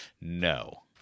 no